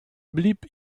blieb